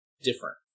different